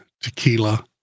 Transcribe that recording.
tequila